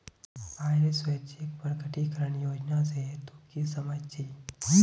आइर स्वैच्छिक प्रकटीकरण योजना से तू की समझ छि